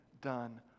done